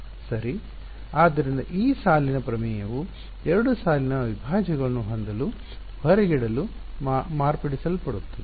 ಸರಿ ಆದ್ದರಿಂದ ಈ ಸಾಲಿನ ಪ್ರಮೇಯವು 2 ಸಾಲಿನ ಅವಿಭಾಜ್ಯಗಳನ್ನು ಹೊಂದಲು ಹೊರಗಿಡಲು ಮಾರ್ಪಡಿಸಲ್ಪಡುತ್ತದೆ